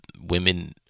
women